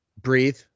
Breathe